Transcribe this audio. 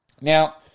Now